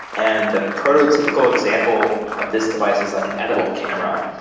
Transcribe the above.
and the prototypical example of this device is like an edible camera.